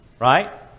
Right